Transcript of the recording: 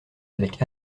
avec